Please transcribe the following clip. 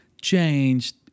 changed